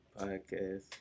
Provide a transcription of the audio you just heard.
podcast